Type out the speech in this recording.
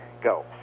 Go